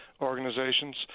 organizations